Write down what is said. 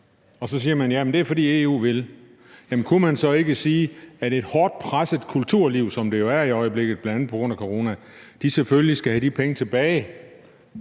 og så siger man: Det er, fordi EU vil have det. Jamen kunne man så ikke sige, at et hårdt presset kulturliv, som det jo er i øjeblikket, bl.a. på grund af corona, selvfølgelig skal have de penge tilbage,